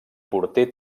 porter